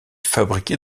fabriquée